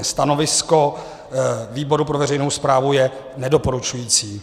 Stanovisko výboru pro veřejnou správu je nedoporučující.